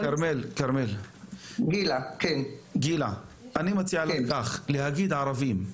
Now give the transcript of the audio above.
סליחה, אני מציע לך להגיד ערבים,